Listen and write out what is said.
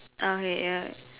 okay ya